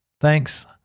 thanks